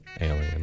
alien